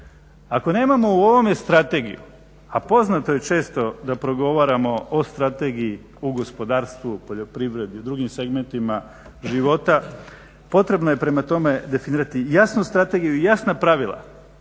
Ako nemamo u ovome strategiju, a poznato je često da progovaramo o strategiji u gospodarstvu, poljoprivredi, drugim segmentima života potrebno je prema tome definirati jasnu strategiju i jasna pravila